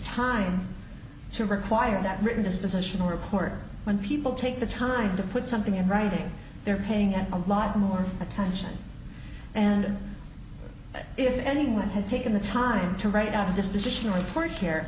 time to require that written this positional report when people take the time to put something in writing they're paying a lot more attention and if anyone had taken the time to write out a dispositional report here